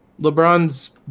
LeBron's